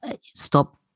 stop